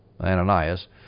Ananias